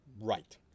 Right